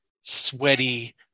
sweaty